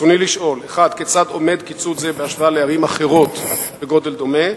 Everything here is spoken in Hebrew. רצוני לשאול: 1. כיצד עומד קיצוץ זה בהשוואה לערים אחרות בגודל דומה?